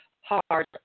hard